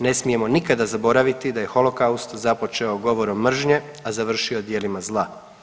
Ne smijemo nikada zaboraviti da je holokaust započeo govorom mržnje, a završio djelima zla.